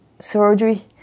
surgery